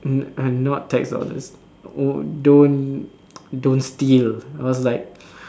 uh not tax dollars don't don't steal I was like